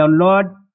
download